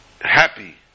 happy